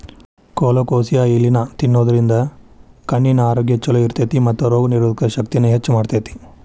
colocasia ಎಲಿನಾ ತಿನ್ನೋದ್ರಿಂದ ಕಣ್ಣಿನ ಆರೋಗ್ಯ್ ಚೊಲೋ ಇರ್ತೇತಿ ಮತ್ತ ರೋಗನಿರೋಧಕ ಶಕ್ತಿನ ಹೆಚ್ಚ್ ಮಾಡ್ತೆತಿ